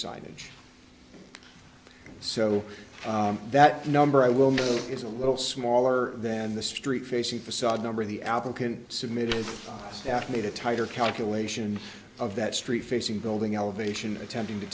signage so that number i will know is a little smaller than the street facing facade number the applicant submitted staff made a tighter calculation of that street facing building elevation attempting to